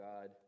God